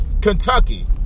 Kentucky